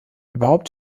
überhaupt